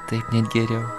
taip net geriau